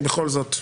בכל זאת,